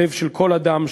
לב של כל אדם,